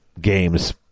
games